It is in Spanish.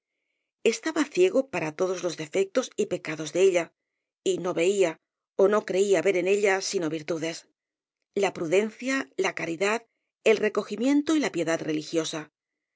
estaba ciego para todos los defectos y peca dos de ella y no veía ó no creía ver en ella sino virtudes la prudencia la caridad el recogimiento y la piedad religiosa